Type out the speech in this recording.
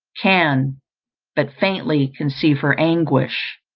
can but faintly conceive her anguish.